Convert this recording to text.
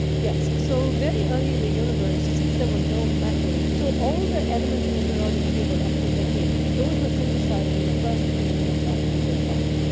yes. so very early in the universe since there were no metals, so all the elements in the periodic table up to lithium, those were synthesised in the first three minutes after the big bang,